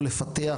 או לפתח